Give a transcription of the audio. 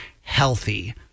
healthy